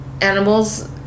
animals